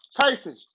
Tyson